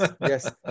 Yes